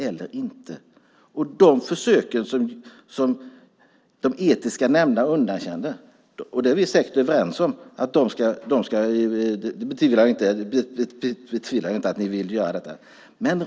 Vi är säkert överens om, det betvivlar jag inte, att de försök som de etiska nämnderna underkänner inte ska genomföras.